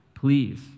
please